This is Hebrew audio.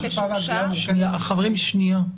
אותם בעלי תפקיד שעובדים